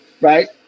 Right